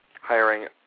hiring